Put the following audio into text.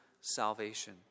salvation